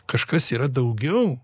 kažkas yra daugiau